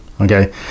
Okay